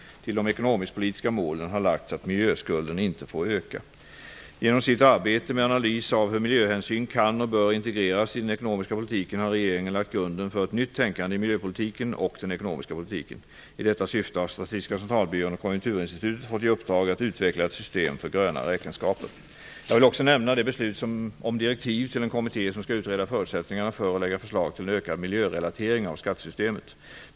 Till de ekonomisk--politiska målen har lagts att miljöskulden inte får öka. Genom sitt arbete med analys av hur miljöhänsyn kan och bör integreras i den ekonomiska politiken har regeringen lagt grunden för ett nytt tänkande i miljöpolitiken och den ekonomiska politiken. I detta syfte har Statistiska centralbyrån och Konjunkturinstitutet fått i uppdrag att utveckla ett system för gröna räkenskaper. Jag vill också nämna det beslut om direktiv till en kommitté som skall utreda förutsättningarna för att lägga förslag till en ökad miljörelatering av skattesystemet.